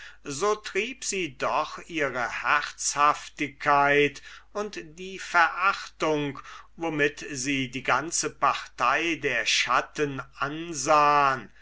so trieb sie doch ihre herzhaftigkeit und die verachtung womit sie die ganze partei der schatten ansahen